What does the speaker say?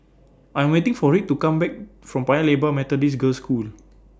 I Am waiting For Reed to Come Back from Paya Lebar Methodist Girls' School